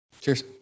Cheers